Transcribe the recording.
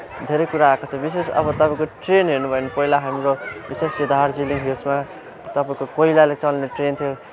धेरै कुरा आएको छ विशेष अब तपाईँको ट्रेन हेर्नुभयो भने पहिला हाम्रो विशेष यो दार्जिलिङ हिल्समा तपाईँको कोइलाले चल्ने ट्रेन थियो